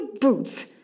boots